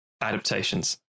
Adaptations